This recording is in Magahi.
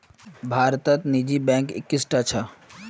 भारतत निजी बैंक इक्कीसटा छ